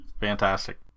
Fantastic